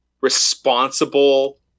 responsible